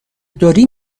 داری